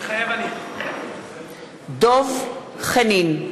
מתחייב אני דב חנין,